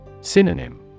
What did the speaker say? Synonym